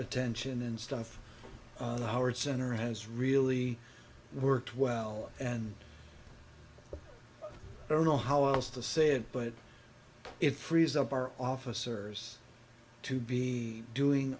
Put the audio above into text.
attention and stuff the howard center has really worked well and i don't know how else to say it but it frees up our officers to be doing